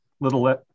little